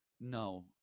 No